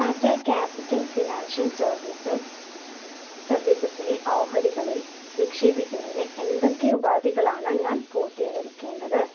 Tata capital financial services സർവീസസിലെ ഓഹരികളിൽ നിക്ഷേപിക്കുന്നതിന് എന്തൊക്കെ ഉപാധികളാണ് ഞാൻ പൂർത്തീകരിക്കേണ്ടത്